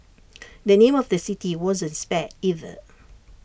the name of the city wasn't spared either